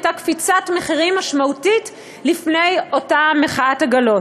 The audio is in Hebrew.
הייתה קפיצת מחירים משמעותית לפני אותה מחאת עגלות.